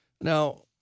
Now